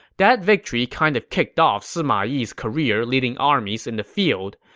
that victory kind of kicked off sima yi's career leading armies in the field.